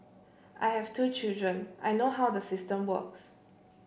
I have two children I know how the system works